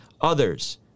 others